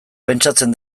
pentsatzen